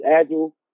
agile